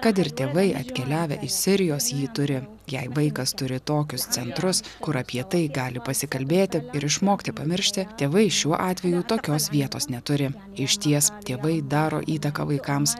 kad ir tėvai atkeliavę iš sirijos jį turi jei vaikas turi tokius centrus kur apie tai gali pasikalbėti ir išmokti pamiršti tėvai šiuo atveju tokios vietos neturi išties tėvai daro įtaką vaikams